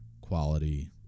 quality